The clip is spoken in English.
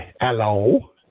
Hello